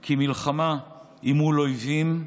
כי המלחמה היא מול אויבים,